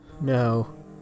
No